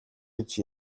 гэж